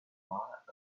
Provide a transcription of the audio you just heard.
lots